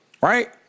right